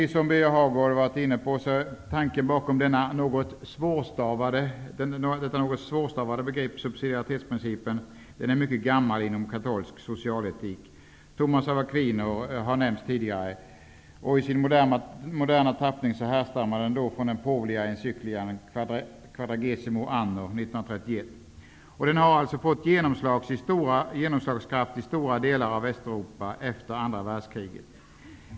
Som Birger Hagård också framhållit är tanken bakom denna svårstavade subsidiaritetsprincip mycket gammal inom katolsk socialetik; Thomas av Aquino har nämnts tidigare. I sin moderna tappning härstammar den från en påvlig encyklika, Quadragesimo anno från 1931, och har sedan fått genomslagskraft i stora delar av Västeuropa efter andra världskriget.